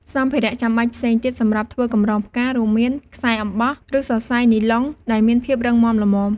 សម្ភារៈចាំបាច់ផ្សេងទៀតសម្រាប់ធ្វើកម្រងផ្កា រួមមាន ខ្សែអំបោះ ឬសរសៃនីឡុង ដែលមានភាពរឹងមាំល្មម។